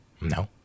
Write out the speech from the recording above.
No